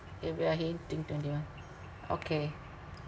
think twenty one okay